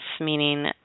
meaning